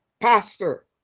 pastor